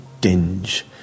dinge